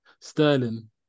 Sterling